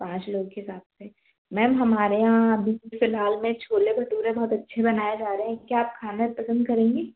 पाँच लोग के मैम हमारे यहाँ अभी फ़िलहाल में छोले भटूरे बहुत अच्छे बनाए जा रहे हैं क्या आप खाना पसंद करेंगीं